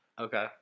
Okay